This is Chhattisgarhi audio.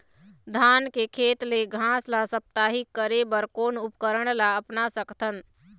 धान के खेत ले घास ला साप्ताहिक करे बर कोन उपकरण ला अपना सकथन?